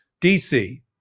DC